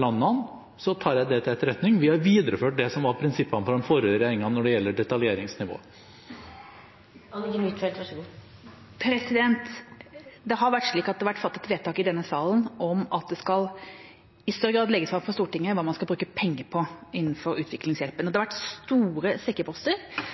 landene, tar jeg det til etterretning. Vi har videreført det som var prinsippene fra den forrige regjeringen når det gjelder detaljeringsnivået. Det har vært slik at det har vært fattet vedtak i denne salen om at det i større grad skal legges fram for Stortinget hva man skal bruke penger på innenfor utviklingshjelpen. Det har vært store sekkeposter,